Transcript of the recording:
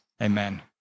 amen